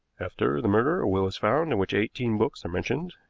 after the murder a will is found in which eighteen books are mentioned,